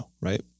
Right